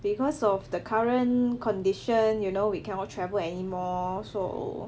because of the current condition you know we cannot travel anymore so